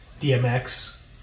DMX